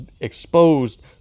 exposed